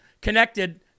connected